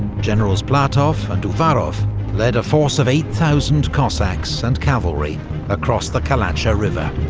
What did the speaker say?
generals platov and uvarov led a force of eight thousand cossacks and cavalry across the kalatsha river